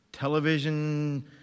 Television